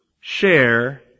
share